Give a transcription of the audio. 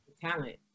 Talent